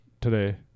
today